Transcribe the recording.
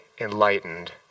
enlightened